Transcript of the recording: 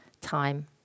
time